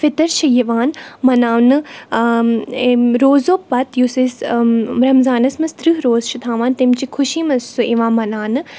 فِطر چھِ یِوان مناونہٕ یِم روزو پَتہٕ یُس أسۍ رَمضانَس منٛز تٕرٛہ روز چھِ تھاوان تَمہِ چہِ خُشی منٛز چھُ سُہ یِوان مَناونہٕ